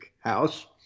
house